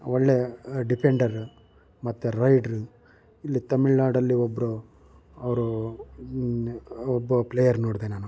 ಒಳ್ಳೆಯ ಡಿಪೆಂಡರ ಮತ್ತೆ ರೈಡ್ರ್ ಇಲ್ಲಿ ತಮಿಳು ನಾಡಲ್ಲಿ ಒಬ್ಬರು ಅವರು ಒಬ್ಬ ಪ್ಲೇಯರ್ ನೋಡಿದೆ ನಾನು